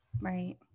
Right